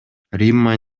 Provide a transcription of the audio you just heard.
римма